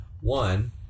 One